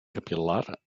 capil·lar